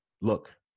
look